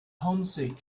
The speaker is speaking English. homesick